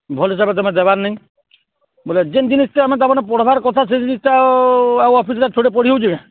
ଭଲ ହିସାବରେ ତୁମେ ଦେବାର ନାଇଁ ବୋଇଲେ ଯେନ୍ ଜିନିଷଟା ଆମେ ତା' ମାନେ ପଢ଼ବାର କଥା ସେ ଜିନିଷଟା ଆଉ ଅଫିସରେ ସେଇଟା ପଢ଼ି ହେଉଛି କି